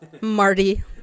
Marty